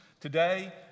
today